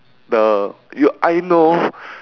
the you I know